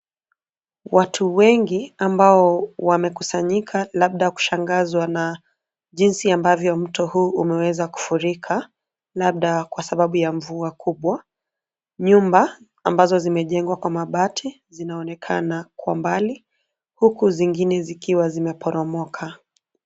Watu wengi ambao wamekusanyika, labda kushangazwa na jinsi ambavyo mto huu umeweza kufurika, labda kwa sababu ya mvua kubwa, nyumba ambazo zimejengwa kwa mabati zinaonekana kwa mbali huku zingine zikiwa zimeporomoka.